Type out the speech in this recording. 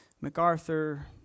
MacArthur